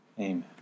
Amen